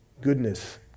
goodness